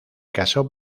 casó